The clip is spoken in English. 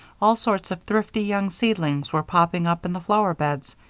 all sorts of thrifty young seedlings were popping up in the flower beds,